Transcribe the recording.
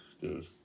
Dude